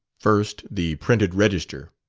first, the printed register.